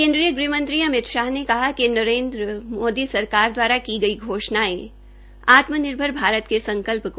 केन्द्रीय गृहमंत्री अमित शाह ने कहा कि नरेन्द्र मोदी सरकार सरकार द्वारा की गई घोषणायें आत्मनिर्भर भारत के संकल्प को साकार करेगी